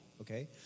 okay